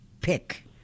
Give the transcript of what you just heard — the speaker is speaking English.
pick